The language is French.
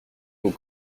vos